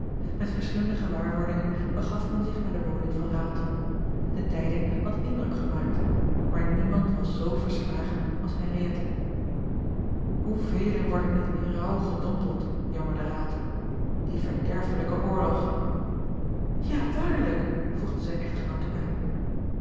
met verschillende gewaarwordingen begaf men zich naar de woning van raalte de tijding had indruk gemaakt maar niemand was zoo verslagen als henriëtte hoevelen worden niet in rouw gedompeld jammerde raalte die verderfelijke oorlog ja waarlijk voegde zijne echtgenoot er